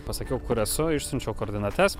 pasakiau kur esu išsiunčiau koordinates